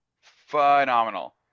Phenomenal